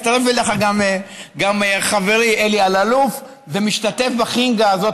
והיה מצטרף אליך גם חברי אלי אלאלוף ומשתתף בחנגה הזאת,